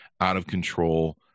out-of-control